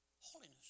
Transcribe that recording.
Holiness